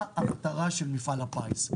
מה המטרה של מפעל הפיס?